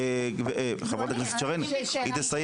סליחה, חברת הכנסת שרן, היא תסיים.